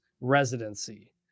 residency